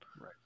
right